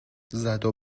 زدو